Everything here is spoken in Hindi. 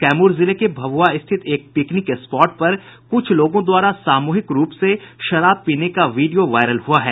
कैमूर जिले के भभुआ स्थित एक पिकनिक स्पॉट पर कुछ लोगों द्वारा सामूहिक रूप से शराब पीने का वीडियो वायरल हुआ है